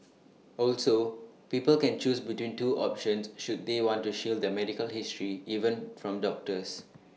also people can choose between two options should they want to shield their medical history even from doctors